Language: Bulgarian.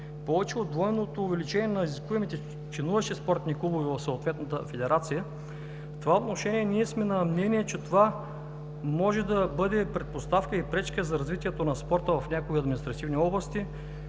повече от двойното увеличение на изискуемите членуващи спортни клубове в съответната федерация. В това отношение ние сме на мнение, че това може да бъде предпоставка и пречка за развитието на спорта в някои административни области